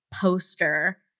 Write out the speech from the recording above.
poster